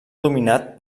dominat